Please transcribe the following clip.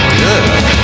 good